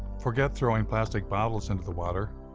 forget throwing plastic bottles into the water,